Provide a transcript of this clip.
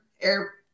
air